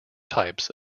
types